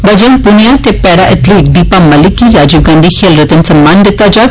बजरंग पुनिया ते para athlete Deepa Malik गी राजीव गांधी खेल रतन सम्मान दित्ता जाग